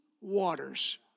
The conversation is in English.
waters